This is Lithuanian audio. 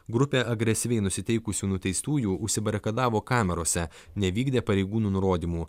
grupė agresyviai nusiteikusių nuteistųjų užsibarikadavo kamerose nevykdė pareigūnų nurodymų